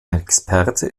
experte